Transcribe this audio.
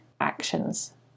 actions